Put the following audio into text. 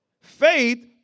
faith